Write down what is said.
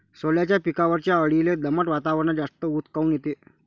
सोल्याच्या पिकावरच्या अळीले दमट वातावरनात जास्त ऊत काऊन येते?